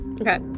Okay